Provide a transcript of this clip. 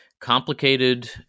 complicated